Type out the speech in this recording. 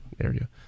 area